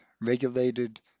regulated